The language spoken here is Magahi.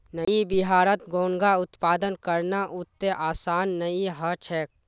नइ बिहारत घोंघा उत्पादन करना अत्ते आसान नइ ह छेक